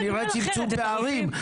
שנראה צמצום פערים.